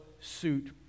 suit